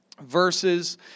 verses